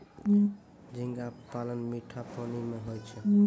झींगा पालन मीठा पानी मे होय छै